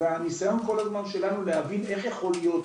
והניסיון כל הזמן שלנו להבין איך יכול להיות,